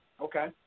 Okay